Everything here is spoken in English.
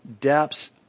depths